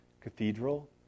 cathedral